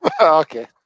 Okay